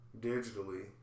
digitally